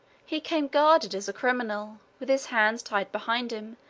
he came guarded as a criminal, with his hands tied behind him,